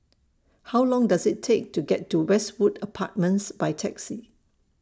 How Long Does IT Take to get to Westwood Apartments By Taxi